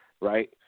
right